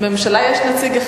מי שנגד,